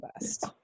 best